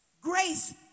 Grace